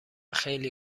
خیلی